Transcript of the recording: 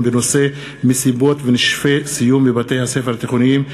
בנושא: מסיבות ונשפי סיום בבתי-הספר התיכוניים,